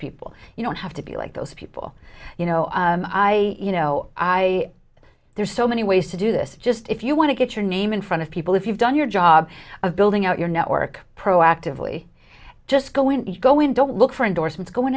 people you don't have to be like those people you know and i you know i there's so many ways to do this just if you want to get your name in front of people if you've done your job of building out your network proactively just going to go in don't look for endo